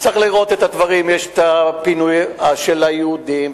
צריך לראות את הדברים: יש פינוי של היהודים,